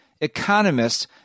economists